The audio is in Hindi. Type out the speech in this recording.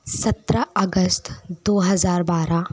सत्रह अगस्त दो हज़ार बारह